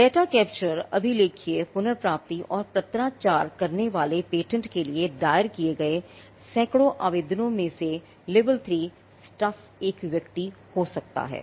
data capture एक व्यक्ति हो सकता है